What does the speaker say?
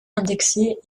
indexé